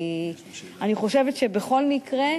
כי אני חושבת שבכל מקרה,